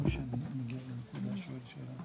כמו שמופיע לנו בשקף הנוכחי,